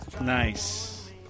Nice